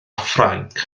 ffrainc